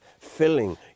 filling